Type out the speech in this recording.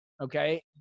okay